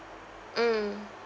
mm